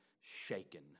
shaken